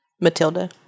Matilda